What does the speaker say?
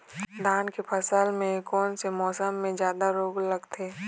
धान के फसल मे कोन से मौसम मे जादा रोग लगथे?